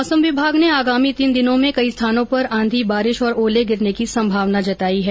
मौसम विभाग ने आगामी तीन दिनों में कई स्थानों पर आंधी बारिश और ओले गिरने की संभावना जताई है